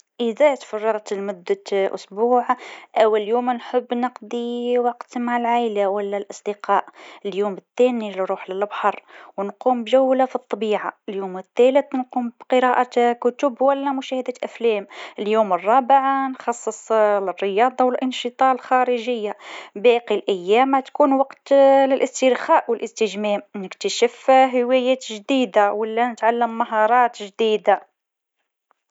أكثر الأشهر حرًا عندنا هو أغسطس، بينما جانفي هو الأكثر برودة. سبتمبر يكون رطب، وماي هو الأكثر جفافًا. كل شهر عنده خصائصه، وهذا يخلق تنوع في المناخ.